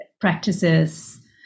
practices